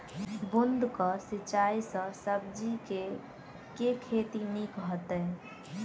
बूंद कऽ सिंचाई सँ सब्जी केँ के खेती नीक हेतइ?